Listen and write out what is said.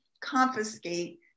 confiscate